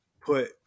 put